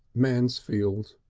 mansfield.